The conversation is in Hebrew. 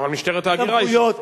למשטרת ההגירה יש סמכויות.